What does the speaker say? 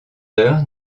d’heure